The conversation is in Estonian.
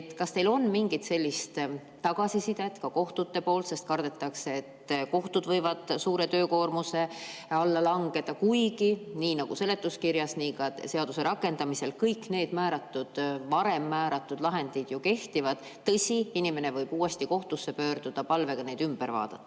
Kas teil on mingit sellist tagasisidet ka kohtute poolt? Kardetakse, et kohtud võivad suure töökoormuse alla langeda, kuigi nii nagu seletuskirjas [öeldud], ka seaduse rakendamisel kõik need varem määratud lahendid kehtivad. Tõsi, inimene võib pöörduda uuesti kohtusse palvega neid ümber vaadata.